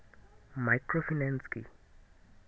Microfinance কি?